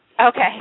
okay